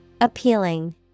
Appealing